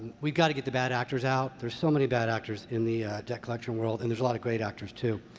we've got to get the bad actors out. there's so many bad actors in the debt collection world, and there's a lot of great actors too.